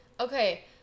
Okay